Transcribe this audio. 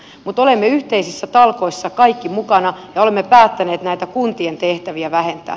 mutta olemme yhteisissä talkoissa kaikki mukana ja olemme päättäneet näitä kuntien tehtäviä vähentää